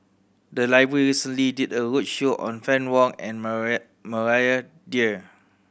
the library recently did a roadshow on Fann Wong and Maria Maria Dyer